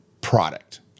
product